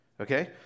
okay